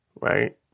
Right